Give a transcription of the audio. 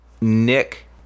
Nick